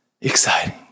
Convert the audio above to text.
exciting